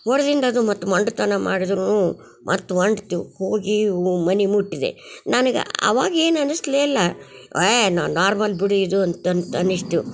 ಹೊಡ್ದಿಂದ್ ಅದು ಮತ್ ಮೊಂಡತನ ಮಾಡಿದ್ದರೂನು ಮತ್ತು ಹೊಂಟ್ತು ಹೋಗಿ ಮನೆ ಮುಟ್ದೆ ನನಗೆ ಅವಾಗೇನು ಅನಿಸ್ಲೇ ಇಲ್ಲ ಏ ನಾರ್ಮಲ್ ಬಿಡು ಇದು ಅಂತ ಅಂತ ಅನಿಸ್ತು